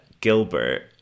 Gilbert